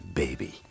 baby